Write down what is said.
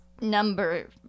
number